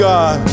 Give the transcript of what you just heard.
God